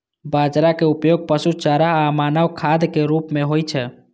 बाजराक उपयोग पशु चारा आ मानव खाद्यक रूप मे होइ छै